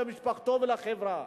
למשפחתו ולחברה.